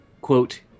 quote